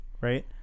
right